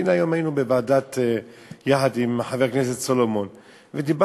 הנה, היום היינו יחד עם חבר הכנסת סולומון בוועדה,